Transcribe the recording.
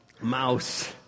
mouse